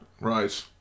Right